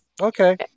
Okay